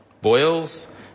boils